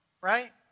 Right